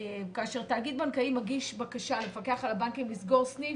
תאגיד בנקאי מגיש בקשה למפקח על הבנקים לסגור סניף,